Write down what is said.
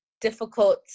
difficult